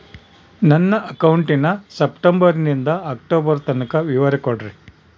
ನನ್ನ ಅಕೌಂಟಿನ ಸೆಪ್ಟೆಂಬರನಿಂದ ಅಕ್ಟೋಬರ್ ತನಕ ವಿವರ ಕೊಡ್ರಿ?